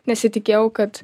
nesitikėjau kad